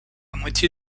moitié